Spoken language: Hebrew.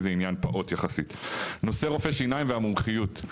רופאי שיניים מומחים.